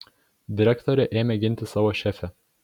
direktorė ėmė ginti savo šefę